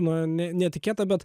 na ne netikėta bet